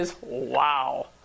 Wow